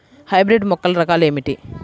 Hybrid మొక్కల రకాలు ఏమిటి?